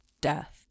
Death